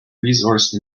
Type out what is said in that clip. resource